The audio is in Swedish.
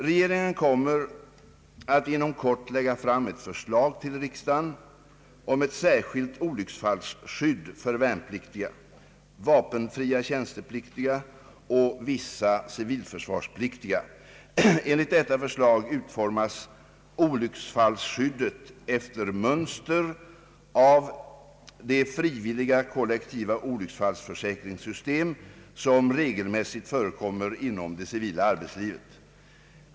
Regeringen kommer att inom kort lägga fram ett förslag till riksdagen om ett särskilt olycksfallsskydd för värnpliktiga, vapenfria tjänstepliktiga och vissa civilförsvarspliktiga. Enligt detta förslag utformas olycksfallsskyddet efter mönster av det frivilliga kollektiva olycksfallsförsäkringssystem som regelmässigt förekommer inom det civila arbetslivet.